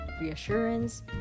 reassurance